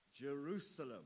Jerusalem